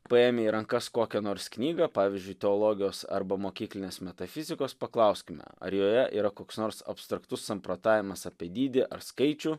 paėmę į rankas kokią nors knygą pavyzdžiui teologijos arba mokyklinės metafizikos paklauskime ar joje yra koks nors abstraktus samprotavimas apie dydį ar skaičių